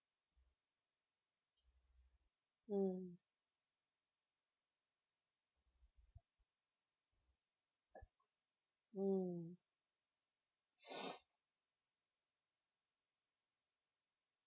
mm mm